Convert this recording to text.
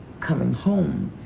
coming home,